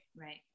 right